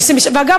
ואגב,